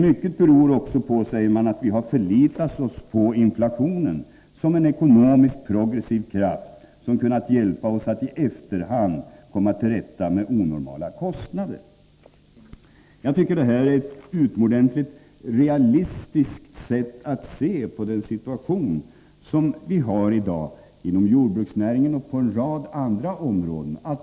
Mycket beror också på, säger man, att vi förlitat oss på inflationen som en ekonomiskt progressiv kraft som kunnat hjälpa oss att i efterhand komma till rätta med onormala kostnader. Jag tycker att detta är ett utomordentligt realistiskt sätt att se på dagens situation inom jordbruksnäringen och på en rad andra områden.